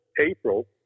April